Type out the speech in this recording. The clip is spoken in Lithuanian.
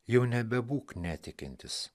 jau nebebūk netikintis